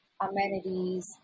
amenities